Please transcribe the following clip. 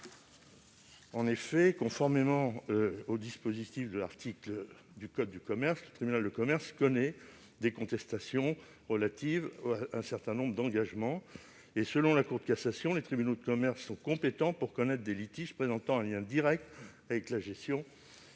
En effet, conformément aux dispositions de l'article L. 721-3 du code de commerce, le tribunal de commerce connaît des contestations relatives à un certain nombre d'engagements. Selon la Cour de cassation, les tribunaux de commerce sont ainsi compétents pour connaître des litiges présentant un « lien direct avec la gestion